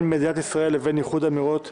מדינת ישראל לבין איחוד האמירויות הערביות.